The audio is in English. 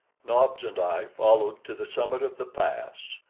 nobs and i followed to the summit of the pass,